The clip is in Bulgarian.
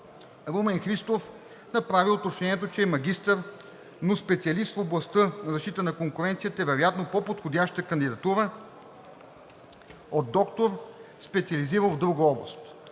Румен Христов направи уточнението, че магистър, но специалист в областта на защита на конкуренцията е вероятно по подходяща кандидатура от доктор, специализирал в друга област,